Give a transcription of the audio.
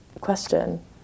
question